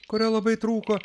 kurio labai trūko